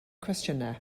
cwestiynau